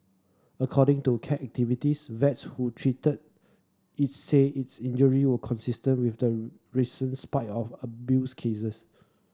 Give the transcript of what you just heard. according to cat activist vets who treated its said its injury were consistent with the recent spy abuse cases